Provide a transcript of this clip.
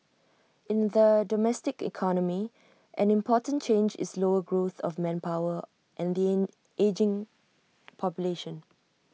in the domestic economy an important change is slower growth of manpower and the in ageing population